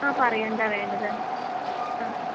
ആ പറയൂ എന്താണ് വേണ്ടത് ആ